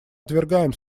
отвергаем